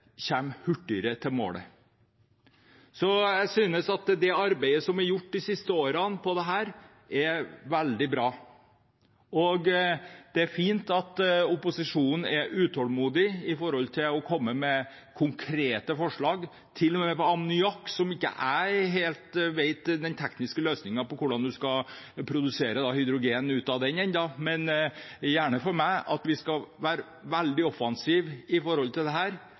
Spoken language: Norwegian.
arbeidet som er gjort på dette de siste årene, er veldig bra. Det er fint at opposisjonen er utålmodig når det gjelder å komme med konkrete forslag, til og med om ammoniakk, som jeg ikke helt vet den tekniske løsningen på hvordan man skal produsere hydrogen av ennå, men gjerne for meg. Vi skal være veldig offensive i dette, men det